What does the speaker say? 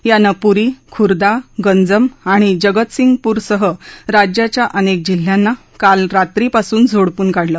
यानं पुरी खुरदा गंजम आणि जगतसिंगपुर सह राज्याच्या अनेक जिल्ह्यांना काल रात्रीपासून झोडपून काढलं